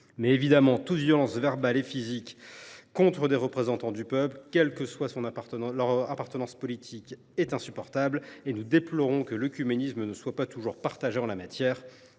Bien évidemment, toute violence verbale ou physique contre des représentants du peuple, quelle que soit leur appartenance politique, est insupportable. Nous déplorons que l’œcuménisme ne soit pas toujours partagé en la matière.